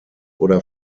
oder